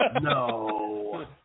No